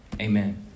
Amen